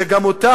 שגם אותה,